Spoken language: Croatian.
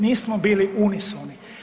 Nismo bili unisoni.